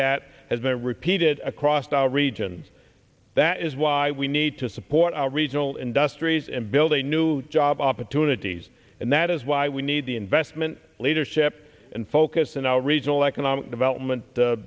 that has been repeated across the regions that is why we need to support our regional industries and build a new job opportunities and that is why we need the investment leadership and focus in our regional economic development